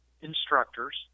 instructors